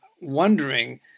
wondering